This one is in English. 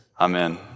amen